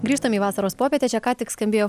grįžtam į vasaros popietę čia ką tik skambėjo